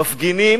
מפגינים